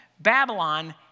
Babylon